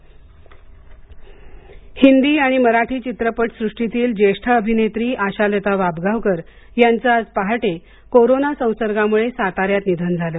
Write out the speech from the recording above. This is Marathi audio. आशालाता वाबगावकर हिंदी आणि मराठी चित्रपट सृष्टीतील ज्येष्ठ अभिनेत्री आशालता वाबगावकर यांचं आज पहाटे कोरोना संसर्गामुळे साताऱ्यात निधन झालं